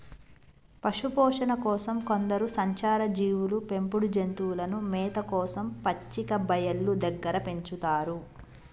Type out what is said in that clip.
పశుపోషణ కోసం కొందరు సంచార జీవులు పెంపుడు జంతువులను మేత కోసం పచ్చిక బయళ్ళు దగ్గర పెంచుతారు